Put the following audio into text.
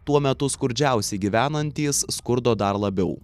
tuo metu skurdžiausiai gyvenantys skurdo dar labiau